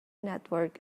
network